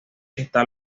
está